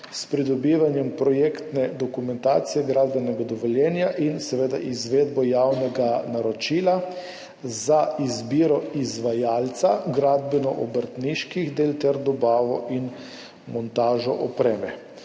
s pridobivanjem projektne dokumentacije, gradbenega dovoljenja in seveda z izvedbo javnega naročila za izbiro izvajalca gradbeno-obrtniških del ter dobavo in montažo opreme.